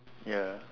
ya